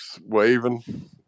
waving